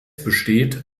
besteht